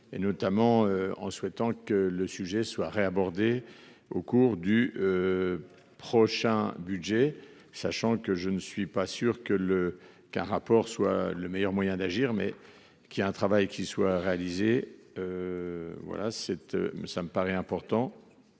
notamment en souhaitant que le sujet soit abordé au cours du. Prochain budget sachant que je ne suis pas sûr que le, qu'un rapport soit le meilleur moyen d'agir mais qui a un travail qui soient. Voilà. Ça me paraît important.